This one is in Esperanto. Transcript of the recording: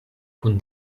kun